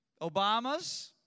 Obamas